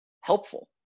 helpful